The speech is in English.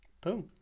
boom